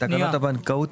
משרד האוצר.